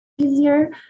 easier